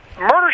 Murder